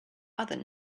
other